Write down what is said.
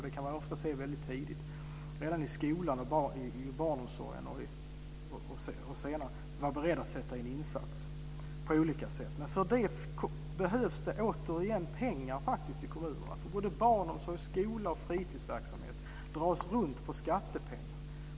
Det kan man ofta se väldigt tidigt, kanske redan i skolan och barnomsorgen. För det behövs det pengar i kommunerna. Både skola, barnomsorg och fritidsverksamhet dras runt på skattepengar.